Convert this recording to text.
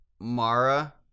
mara